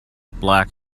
black